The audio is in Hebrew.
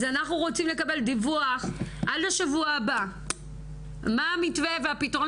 אז אנחנו רוצים לקבל דיווח עד לשבוע הבא מה המתווה והפתרון